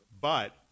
but-